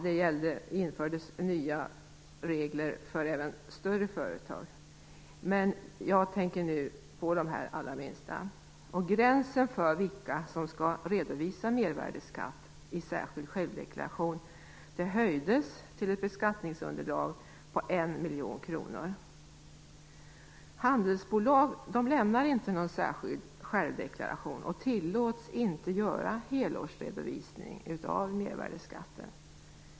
Det infördes även nya regler för större företag, men jag tänker nu på de allra minsta. Gränsen för vilka som skall redovisa mervärdesskatt i särskild självdeklaration höjdes till ett beskattningsunderlag på 1 miljon kronor. Handelsbolag lämnar inte någon särskild självdeklaration och tillåts inte göra helårsredovisning av mervärdesskatten.